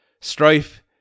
strife